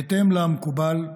בהתאם למקובל,